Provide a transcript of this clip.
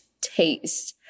taste